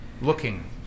Looking